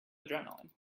adrenaline